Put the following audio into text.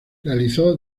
realizó